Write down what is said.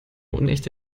unechte